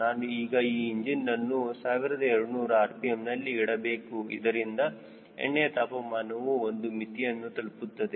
ನಾನು ಈಗ ಈ ಇಂಜಿನ್ನನ್ನು 1200 rpm ನಲ್ಲಿ ಇಡಬೇಕು ಇದರಿಂದ ಎಣ್ಣೆಯ ತಾಪಮಾನವು ಒಂದು ಮಿತಿಯನ್ನು ತಲುಪುತ್ತದೆ